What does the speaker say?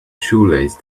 shoelace